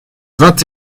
vingt